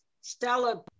stella